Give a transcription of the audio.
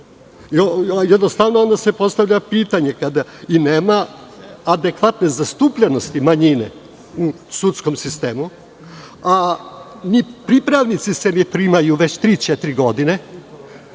sudu. Onda se postavlja pitanje, kada nema adekvatne zastupljenosti manjine u sudskom sistemu, ni pripravnici se ne primaju već tri,